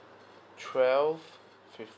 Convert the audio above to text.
twelve